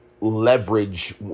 leverage